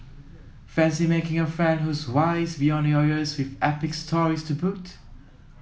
fancy making a friend who's wise beyond your years with epic stories to boot